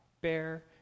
bear